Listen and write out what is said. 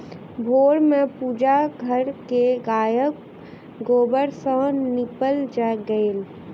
भोर में पूजा घर के गायक गोबर सॅ नीपल गेल